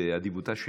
באדיבותה,